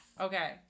Okay